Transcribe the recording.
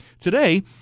today